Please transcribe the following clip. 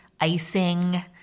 icing